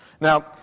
Now